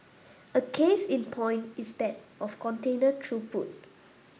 a case in point is that of container throughput